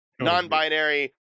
non-binary